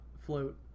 float